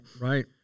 Right